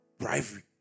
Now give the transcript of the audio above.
rivalry